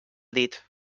dit